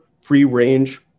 free-range